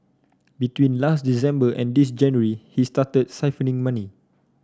between last December and this January he started siphoning money